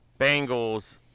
Bengals